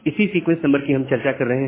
इसी sequence number कि हम चर्चा कर रहे हैं